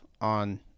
on